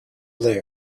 blue